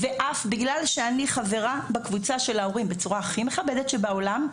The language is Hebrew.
ואף בגלל שאני חברה בקבוצה של ההורים בצורה הכי מכבדת שבעולם,